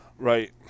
right